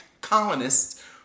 colonists